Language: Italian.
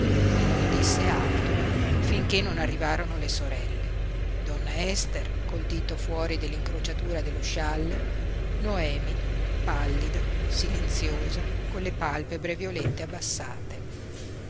e non disse altro finché non arrivarono le sorelle donna ester col dito fuori dell'incrociatura dello scialle noemi pallida silenziosa con le palpebre violette abbassate